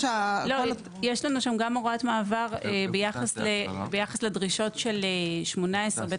יש לנו שם גם הוראת מעבר ביחס לדרישות של 18ב(1)(3)